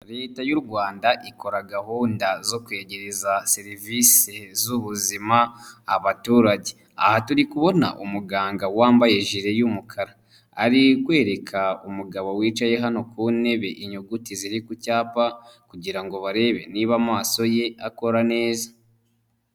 Leta y'u Rwanda ikora gahunda zo kwegereza serivisi z'ubuzima abaturage, aha turi kubona umuganga wambaye jire y'umukara ari kwereka umugabo wicaye hano ku ntebe inyuguti ziri ku cyapa kugira ngo barebe niba amaso ye akora neza.